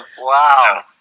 wow